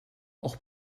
auch